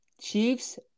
Chiefs